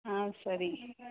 ಹಾಂ ಸರಿ